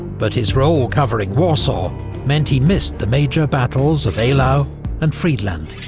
but his role covering warsaw meant he missed the major battles of eylau and friedland.